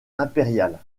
impériale